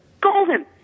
Golden